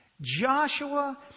Joshua